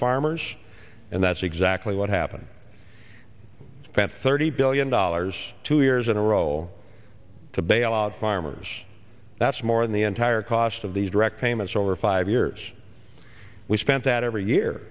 farmers and that's exactly what happened spent thirty billion dollars two years in a row to bail out farmers that's more than the entire cost of these direct payments over five years we spent that every year